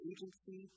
Agency